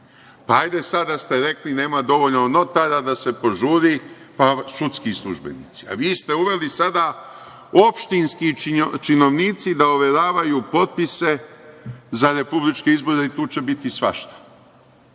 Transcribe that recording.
sad da ste rekli - nema dovoljno notara, da se požuri, pa sudski službenici. Ali, vi ste uveli sada da opštinski činovnici overavaju potpise za republičke izbore i tu će biti svašta.